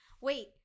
wait